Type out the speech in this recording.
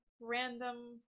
random